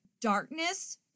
darkness